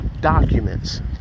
documents